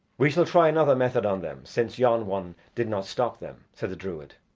we shall try another method on them, since yon one did not stop them, said the druid.